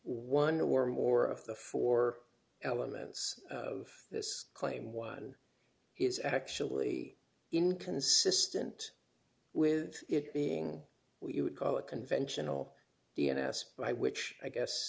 one or more of the four elements of this claim one is actually inconsistent with it being what you would call a conventional cns by which i guess